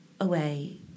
away